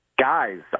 Guys